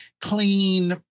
clean